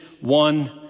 one